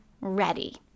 ready